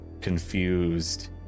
confused